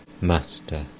Master